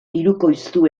hirukoiztu